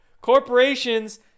Corporations